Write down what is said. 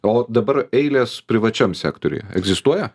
o dabar eilės privačiam sektoriuj egzistuoja